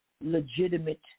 legitimate